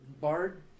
Bard